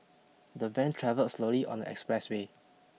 the van travelled slowly on the expressway